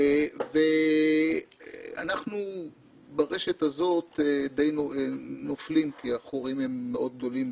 אנחנו ברשת הזאת די נופלים כי החורים הם מאוד גדולים.